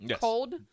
cold